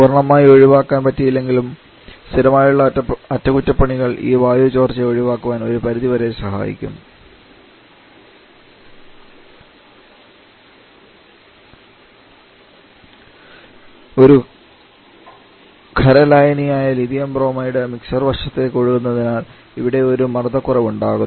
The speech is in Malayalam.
പൂർണ്ണമായി ഒഴിവാക്കാൻ പറ്റിയില്ലെങ്കിലും സ്ഥിരമായുള്ള അറ്റകുറ്റപ്പണികൾ ഈ വായു ചോർച്ചയെ ഒഴിവാക്കാൻ ഒരു പരിധി വരെ സഹായിക്കും ഖര ലായനിയായ ലിഥിയം ബ്രോമൈഡ് മിക്സർ വശത്തേക്ക് ഒഴുകുന്നതിനാൽ ഇവിടെ ഒരു മർദ്ദ കുറവ് ഉണ്ടാക്കുന്നു